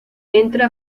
entra